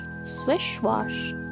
swish-wash